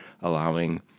allowing